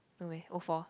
no meh o four